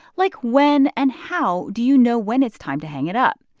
like when and how do you know when it's time to hang it up?